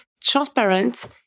transparent